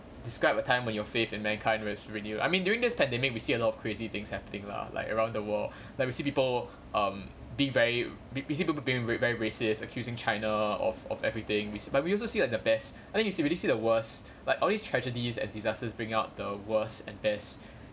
describe a time when your faith in mankind was renewed I mean during this pandemic we see a lot of crazy things happening lah like around the world like we see people um be very basically people being very racist accusing china of of everything but we also see like the best and then you can really see the worst like all these tragedies and disasters bring out the worst and best